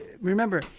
remember